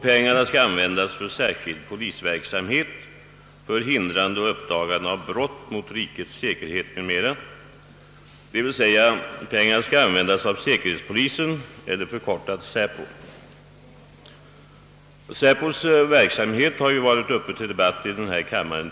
Pengarna skall användas för särskild polisverksamhet för hindrande och uppdagande av brott mot rikets säkerhet m.m., d. v. s. de skall användas av säkerhetspolisen eller, förkortat, SÄPO. SÄPO:s verksamhet har ju tidigare varit uppe till debatt i denna kammare.